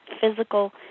physical